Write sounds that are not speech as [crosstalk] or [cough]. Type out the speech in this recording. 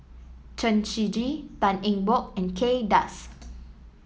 Chen Shiji Tan Eng Bock and Kay Das [noise]